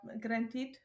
granted